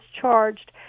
charged